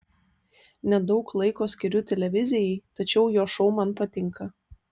nedaug laiko skiriu televizijai tačiau jo šou man patinka